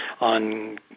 on